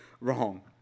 wrong